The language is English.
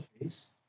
face